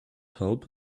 help